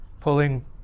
pulling